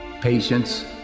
patience